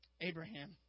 Abraham